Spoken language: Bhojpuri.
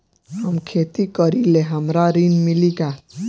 हम खेती करीले हमरा ऋण मिली का?